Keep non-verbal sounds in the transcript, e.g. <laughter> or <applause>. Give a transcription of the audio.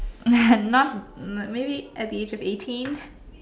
<laughs> not maybe at the age of eighteen